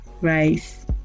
rice